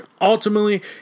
Ultimately